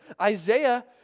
Isaiah